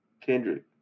Kendrick